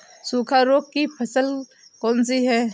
सूखा रोग की फसल कौन सी है?